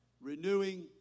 Renewing